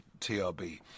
trb